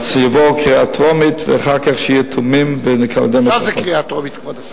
יעבור קריאה טרומית, זה כבר קריאה טרומית.